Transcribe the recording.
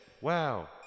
Wow